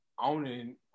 owning